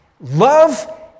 Love